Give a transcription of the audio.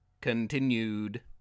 continued